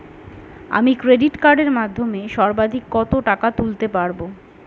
আমি ক্রেডিট কার্ডের মাধ্যমে সর্বাধিক কত টাকা তুলতে পারব?